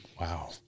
wow